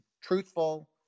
truthful